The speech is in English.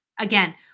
Again